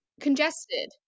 Congested